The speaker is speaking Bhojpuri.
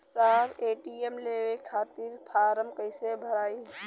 साहब ए.टी.एम लेवे खतीं फॉर्म कइसे भराई?